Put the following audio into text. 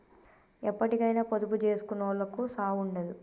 ఎప్పటికైనా పొదుపు జేసుకునోళ్లకు సావుండదు